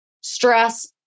stress